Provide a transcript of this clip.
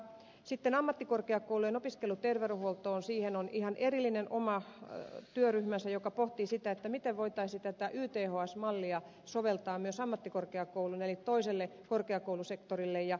sitten ammattikorkeakoulujen opiskeluterveydenhuoltoon on ihan erillinen oma työryhmänsä joka pohtii sitä miten voitaisiin tätä yths mallia soveltaa myös ammattikorkeakouluun eli toiselle korkeakoulusektorille